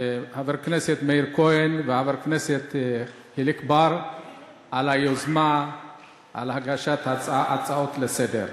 מאיר כהן וחבר הכנסת חיליק בר על היוזמה בהגשת ההצעות לסדר-היום.